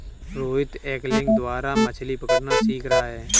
Rohit angling द्वारा मछ्ली पकड़ना सीख रहा है